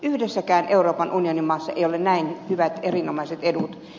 yhdessäkään euroopan unionin maassa ei ole näin hyvät erinomaiset edut